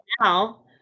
now